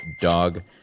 dog